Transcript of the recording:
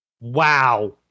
wow